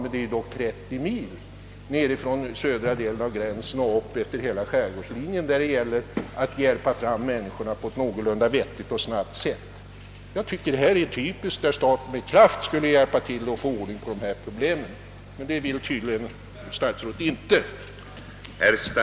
Området är dock 30 mil långt, räknat från södra delen av gränsen och upp utefter hela skärgården. Jag tycker att detta är ett typiskt fall där staten med kraft bör hjälpa till med att lösa problemen, men det vill tydligen statsrådet inte göra.